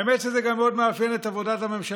האמת היא שזה גם מאפיין מאוד את עבודת הממשלה